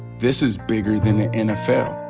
this is bigger than the nfl.